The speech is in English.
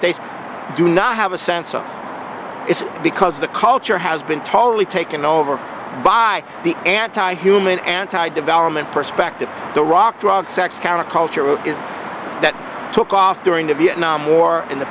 states do not have a sense of it's because the culture has been totally taken over by the anti human anti development perspective the rock drug sex counter culture which is that took off during the vietnam war and the